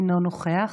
אינו נוכח,